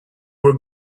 were